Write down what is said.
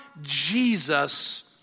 Jesus